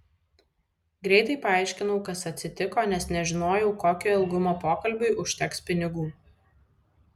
greitai paaiškinau kas atsitiko nes nežinojau kokio ilgumo pokalbiui užteks pinigų